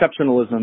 exceptionalism